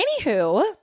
Anywho